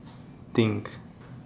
think